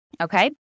Okay